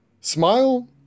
Smile